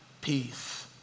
peace